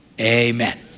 Amen